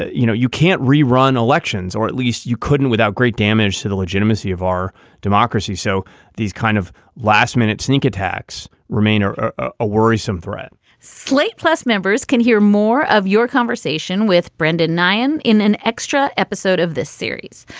you know, you can't rerun elections or at least you couldn't without great damage to the legitimacy of our democracy. so these kind of last minute sneak attacks remain a ah worrisome threat slate plus members can hear more of your conversation with brendan nyhan in an extra episode of this series.